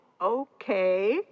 Okay